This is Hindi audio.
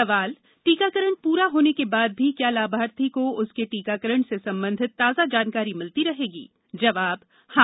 सवाल टीकाकरण पूरा होने के बाद भी क्या लाभार्थी को उसके टीकाकरण से संबंधित ताजा जानकारी मिलती रहेगी जवाब हां